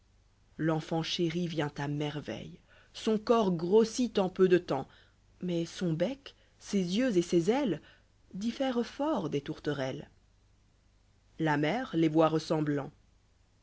l'enfant chéri vient à merveille son corps grossit en peu de temps mais son bec ses yeux et ses ailes diffèrent fort des tourterelles la mère les voit ressemblants